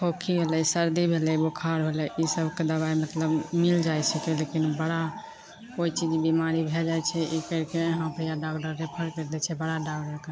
खोखी होलै सर्दी भेलै बोखार होलै ई सबके दबाइ मतलब मिल जाइत छिकै लेकिन बड़ा कोइ चीज बिमारी भए जाइत छै ई करिके इहाँपर डागडरके रेफर करि दै छै बड़ा डॉक्टर कन